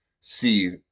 see